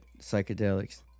Psychedelics